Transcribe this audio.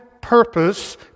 purpose